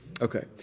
Okay